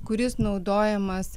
kuris naudojamas